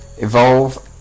Evolve